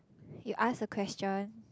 you ask a question